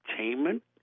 entertainment